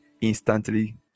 instantly